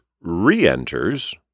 re-enters